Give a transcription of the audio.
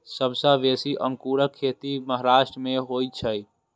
सबसं बेसी अंगूरक खेती महाराष्ट्र मे होइ छै